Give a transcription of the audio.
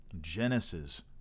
Genesis